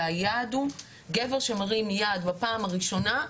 והיעד הוא גבר שמרים יד בפעם הראשונה,